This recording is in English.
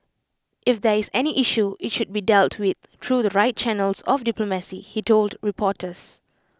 if there is any issue IT should be dealt with through the right channels of diplomacy he told reporters